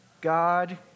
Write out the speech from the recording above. God